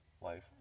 life